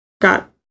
got